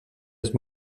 les